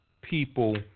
people